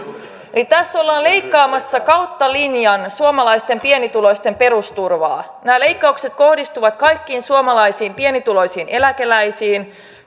eli tässä ollaan leikkaamassa kautta linjan suomalaisten pienituloisten perusturvaa nämä leikkaukset kohdistuvat kaikkiin suomalaisiin pienituloisiin eläkeläisiin